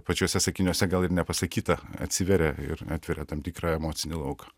pačiuose sakiniuose gal ir nepasakyta atsiveria ir atveria tam tikrą emocinį lauką